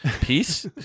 Peace